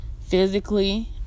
physically